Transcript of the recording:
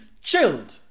chilled